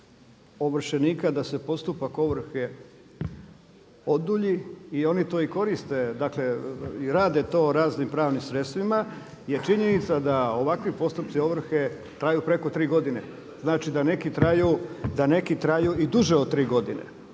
da se postupak ovrhe odulji i oni to i koriste, dakle rade to raznim pravnim sredstvima jer činjenica da ovakvi postupci ovrhe traju preko tri godine, znači da neki traju i duže od tri godine.